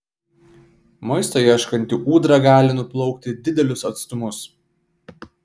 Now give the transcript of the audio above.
maisto ieškanti ūdra gali nuplaukti didelius atstumus